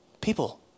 people